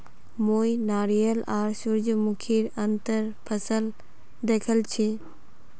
मुई नारियल आर सूरजमुखीर अंतर फसल दखल छी